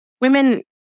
women